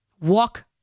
Walk